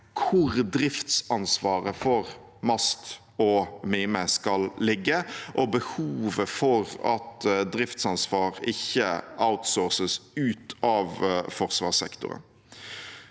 hvor driftsansvaret for MAST og Mime skal ligge, og behovet for at driftsansvar ikke outsources ut av forsvarssektoren.